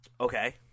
Okay